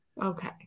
Okay